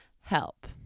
help